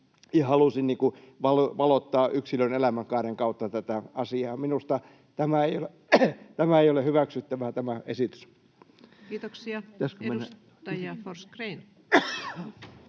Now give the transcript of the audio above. halusin valottaa yksilön elämänkaaren kautta tätä asiaa. Minusta tämä esitys ei ole hyväksyttävä. Kiitoksia. — Edustaja Forsgrén.